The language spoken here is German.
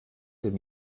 den